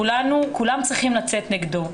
כולם צריכים לצאת נגדו.